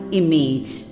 image